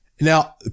now